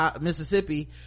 mississippi